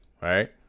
right